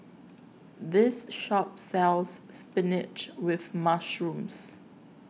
This Shop sells Spinach with Mushroom